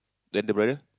then the brother